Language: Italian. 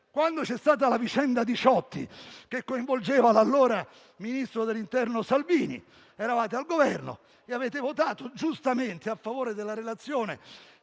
Quando c'è stata la vicenda Diciotti, che coinvolgeva l'allora Ministro dell'interno Salvini, eravate al Governo e avete votato giustamente a favore della relazione